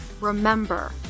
remember